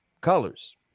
colors